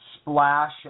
splash